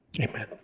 Amen